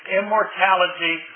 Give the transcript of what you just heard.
immortality